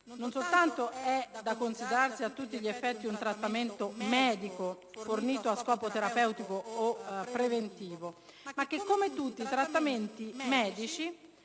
non soltanto è da considerarsi a tutti gli effetti un trattamento medico, fornito a scopo terapeutico o preventivo, ma che - come tutti i trattamenti medici